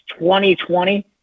2020